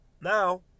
Now